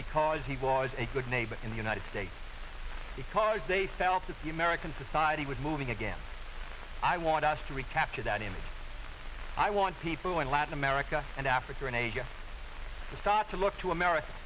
because he was a good neighbor in the united states because they felt that the american society was moving again i want us to recapture that emits i want people in latin america and africa an atheist's to start to look to america